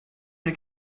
wir